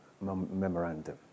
Memorandum